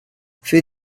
für